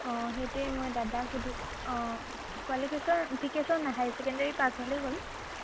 অঁ সেইটোৱে মই দাদাক সুধি অ' কোৱালিফিকেশ্বন ফিকেচন হায়াৰ ছেকেণ্ডেৰি পাছ হ'লেই হ'ল